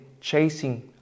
chasing